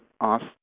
ask